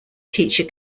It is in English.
teacher